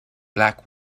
black